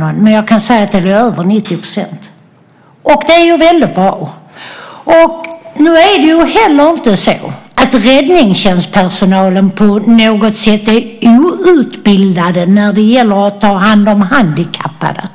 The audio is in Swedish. Jag kan dock säga att det var över 90 %, och det är ju väldigt bra. Det är heller inte så att räddningstjänstpersonalen är outbildad när det gäller att ta hand om handikappade.